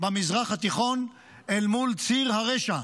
במזרח התיכון אל מול ציר הרשע,